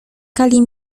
kali